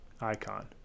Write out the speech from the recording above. icon